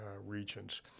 regions